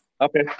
Okay